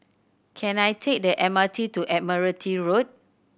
can I take the M R T to Admiralty Road